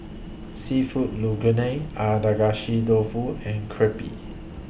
Seafood Linguine Agedashi Dofu and Crepe